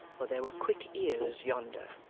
for there were quick ears yonder.